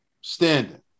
standing